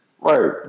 Right